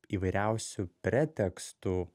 įvairiausių pretekstų